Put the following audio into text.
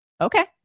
Okay